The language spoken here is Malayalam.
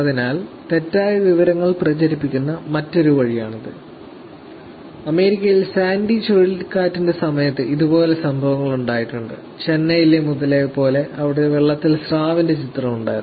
അതിനാൽ തെറ്റായ വിവരങ്ങൾ പ്രചരിപ്പിക്കുന്ന മറ്റൊരു വഴിയാണിത് അമേരിക്കയിലെ സാൻഡി ചുഴലിക്കാറ്റിന്റെ സമയത്തു ഇത് പോലെ സംഭവങ്ങൾ ഉണ്ടായിട്ടുണ്ട് ചെന്നൈയിലെ മുതലയെപ്പോലെ അവിടെ വെള്ളത്തിൽ സ്രാവിന്റെ ചിത്രം ഉണ്ടായിരുന്നു